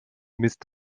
misst